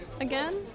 again